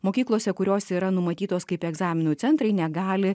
mokyklose kuriose yra numatytos kaip egzaminų centrai negali